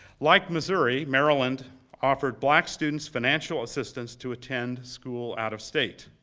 like missouri, maryland offered black students financial assistance to attend school out of state.